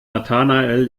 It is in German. nathanael